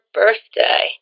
birthday